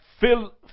Fill